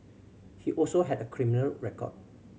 he also had a criminal record